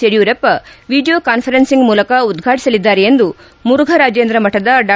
Yediyurappa video conferencing ಮೂಲಕ ಉದ್ವಾಟಿಸಲಿದ್ದಾರೆ ಎಂದು ಮುರುಘರಾಜೇಂದ್ರ ಮಠದ ಡಾ